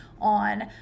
on